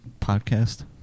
podcast